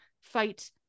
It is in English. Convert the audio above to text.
fight